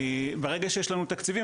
ברגע שיש לנו תקציבים,